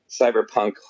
cyberpunk